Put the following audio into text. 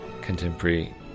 contemporary